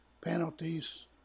penalties